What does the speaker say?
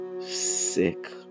Sick